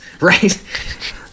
right